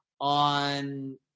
on